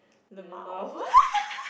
lmao